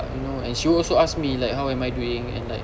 you know she also ask me like how am I doing and like